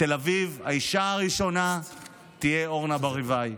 תל אביב, האישה הראשונה תהיה אורנה ברביבאי.